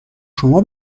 شما